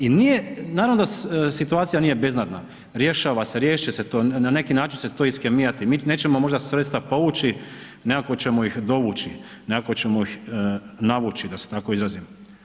I nije, naravno da situacija nije beznadna, rješava se, riješiti će se to, na neki način će se to iskemijati, mi nećemo možda sredstva povući, nekako ćemo ih dovući, nekako ćemo ih navući da s tako izrazim.